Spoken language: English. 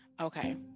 Okay